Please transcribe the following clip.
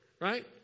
right